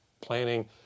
planning